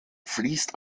fließt